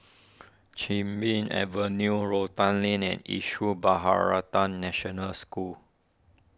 Chin Bee Avenue Rotan Lane and Issue Bharatan National School